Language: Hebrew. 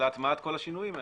להטמעת כל השינויים האלה?